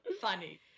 funny